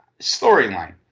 storyline